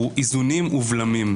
הוא איזונים ובלמים.